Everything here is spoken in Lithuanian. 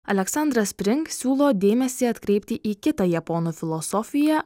aleksandra spring siūlo dėmesį atkreipti į kitą japonų filosofiją